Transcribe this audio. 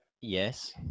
Yes